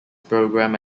program